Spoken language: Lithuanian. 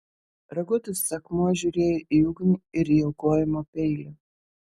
raguotasis akmuo žiūrėjo į ugnį ir į aukojimo peilį